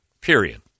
Period